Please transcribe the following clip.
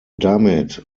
damit